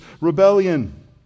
rebellion